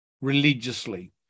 religiously